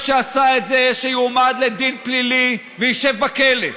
שיועמד לדין פלילי וישב בכלא.